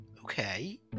Okay